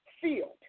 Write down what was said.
field